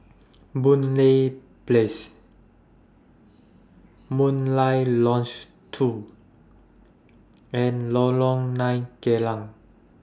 Boon Lay Place Murai Lodge two and Lorong nine Geylang